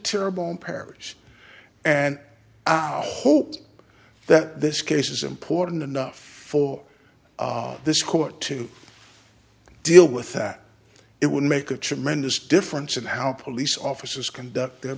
terrible in paris and i hope that this case is important enough for this court to deal with that it would make a tremendous difference in how police officers conduct their